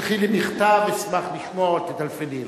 תשלחי לי מכתב, אשמח לשמוע, או טלפני אלי.